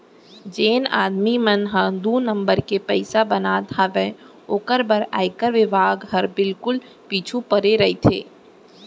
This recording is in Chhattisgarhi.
जेन आदमी मन ह दू नंबर के पइसा बनात हावय ओकर बर आयकर बिभाग हर बिल्कुल पीछू परे रइथे